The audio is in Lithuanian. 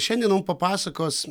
šiandien mum papasakos